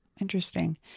Interesting